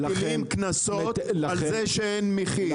מטילים קנסות על זה שאין מחיר.